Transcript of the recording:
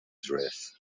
dressed